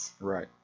Right